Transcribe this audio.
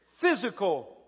Physical